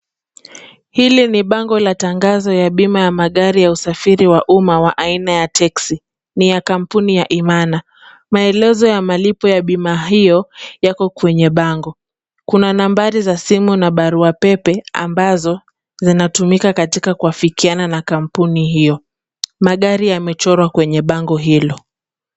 Hili ni bango la tangazo ya bima ya magari ya usafiri wa umma wa aina ya teksi. Ni ya kampuni ya Imana. Maelezo ya malipo ya bima hiyo yako kwenye bango. Kuna nambari za simu na barua pepe ambazo zinatumika katika kuwafikiana na kampuni hiyo. Magari yamechorwa kwenye bango hilo.